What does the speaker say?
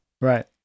Right